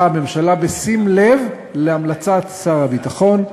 הממשלה בשים לב להמלצת שר הביטחון,